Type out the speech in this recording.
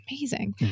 amazing